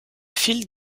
file